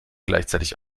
gleichzeitig